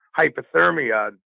hypothermia